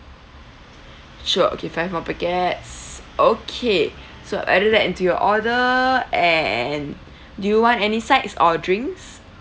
sure okay five more packets okay so added that into your order and do you want any sides or drinks